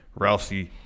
Rousey